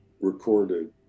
recorded